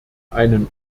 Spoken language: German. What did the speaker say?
einen